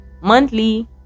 monthly